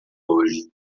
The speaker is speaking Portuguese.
hoje